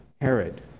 Herod